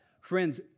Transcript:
Friends